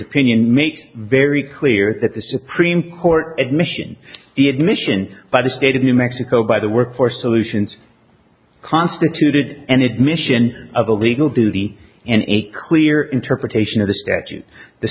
opinion makes very clear that the supreme court admission admission by the state of new mexico by the workforce solutions constituted an admission of a legal duty in a clear interpretation of the statute the